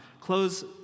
close